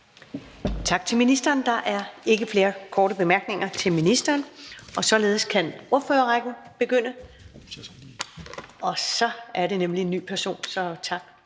Tak til ministeren. Der er ikke flere korte bemærkninger til ministeren, og således kan ordførerrækken begynde. Tak til ministeren for at